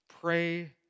Pray